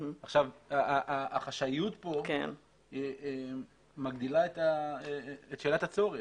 החשאיות פה מגדילה את שאלת הצורך.